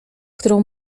którą